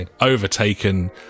overtaken